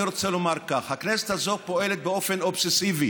אני רוצה לומר כך: הכנסת הזאת פועלת באופן אובססיבי,